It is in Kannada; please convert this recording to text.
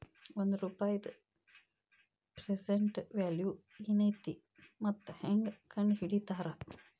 ಒಂದ ರೂಪಾಯಿದ್ ಪ್ರೆಸೆಂಟ್ ವ್ಯಾಲ್ಯೂ ಏನೈತಿ ಮತ್ತ ಹೆಂಗ ಕಂಡಹಿಡಿತಾರಾ